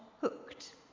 hooked